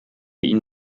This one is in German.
ihn